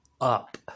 up